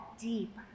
deep